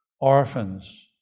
Orphans